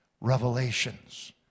revelations